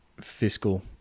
fiscal